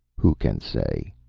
who can say?